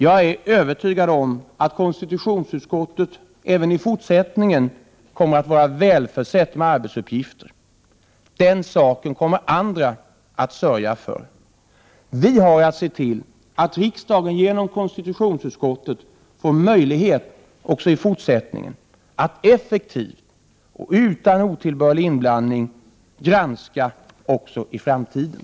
Jag är övertygad om att konstitutionsutskottet även i fortsättningen kommer att vara välförsett med arbetsuppgifter. Den saken kommer andra att sörja för. Vi har att se till att riksdagen genom konstitutionsutskottet får möjlighet att effektivt och utan otillbörlig inblandning granska även i framtiden.